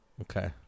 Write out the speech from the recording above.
Okay